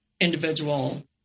individual